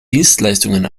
dienstleistungen